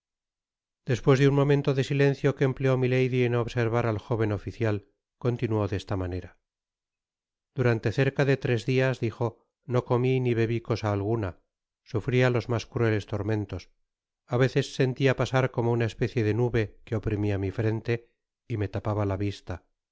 despues de un momento de silencio que empleó milady en observar al jóven oficial continuó de esta manera durante cerca de tres dias dijo no comi ni bebi cosa alguna sufria los mas crueles tormentos á veces sentia pasar como una especie de nube que oprimia mi frente y me tapaba la vista